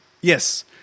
Yes